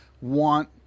want